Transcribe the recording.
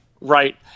right